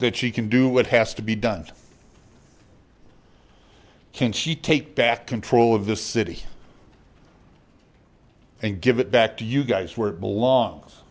that she can do what has to be done can she take back control of this city and give it back to you guys where it belongs